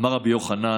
אמר רבי יוחנן,